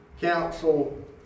council